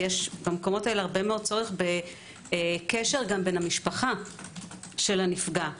במקומות האלה יש צורך בקשר בין המשפחה של הנפגע למטפל.